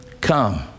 Come